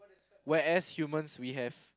whereas humans we have